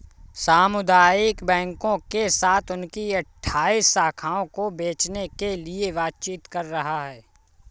सामुदायिक बैंकों के साथ उनकी अठ्ठाइस शाखाओं को बेचने के लिए बातचीत कर रहा है